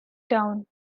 town